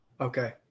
Okay